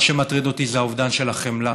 מה שמטריד אותי זה האובדן של החמלה.